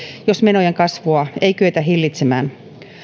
jos menojen kasvua ei kyetä hillitsemään